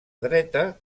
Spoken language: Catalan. dreta